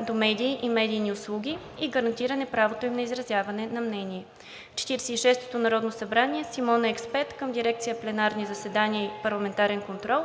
до медии и медийни услуги и гарантиране правото им на изразяване на мнение. В Четиридесет и шестото народно събрание Симона е експерт към Дирекция „Пленарни заседания и парламентарен контрол“,